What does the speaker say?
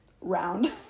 round